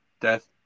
death